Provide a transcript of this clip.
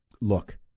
look